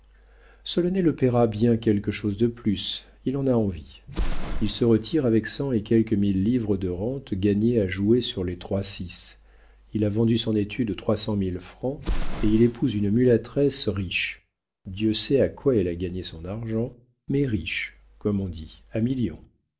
francs solonet le paiera bien quelque chose de plus il en a envie il se retire avec cent et quelques mille livres de rente gagnées à jouer sur les troix six il a vendu son étude trois cent mille francs et il épouse une mulâtresse riche dieu sait à quoi elle a gagné son argent mais riche comme on dit à millions